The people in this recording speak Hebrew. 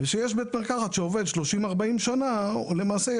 כשיש בית מרקחת שעובד 30-40 שנה למעשה,